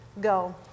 go